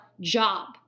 job